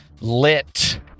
lit